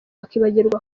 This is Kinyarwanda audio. bakibagirwa